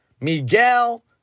Miguel